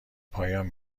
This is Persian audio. پایان